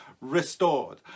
restored